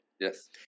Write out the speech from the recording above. Yes